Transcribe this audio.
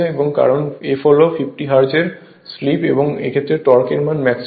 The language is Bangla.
কারণ f হল 50 হার্জ এর স্লিপ এবং এক্ষেত্রে টর্ক এর মান ম্যাক্সিমাম হবে